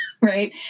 right